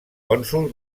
cònsol